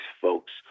folks